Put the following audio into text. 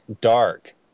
dark